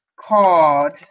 called